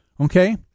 Okay